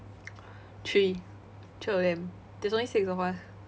three three of them there's only six of us